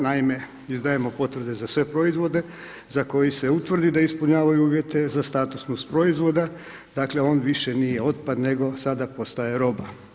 Naime, izdajemo potvrde za sve proizvode za koji se utvrdi da ispunjavaju uvjete za statusnost proizvoda, dakle, on više nije otpad, nego sada postaje roba.